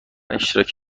اشتراک